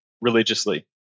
religiously